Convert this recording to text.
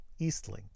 Eastlink